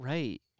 Right